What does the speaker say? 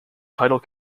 title